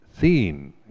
seen